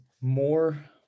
more